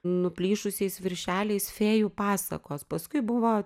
nuplyšusiais viršeliais fėjų pasakos paskui buvo